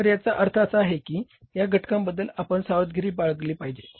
तर याचा अर्थ असा आहे की या घटकाबद्दल आपण सावधगिरी बाळगली पाहिजे